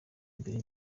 mbere